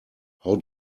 how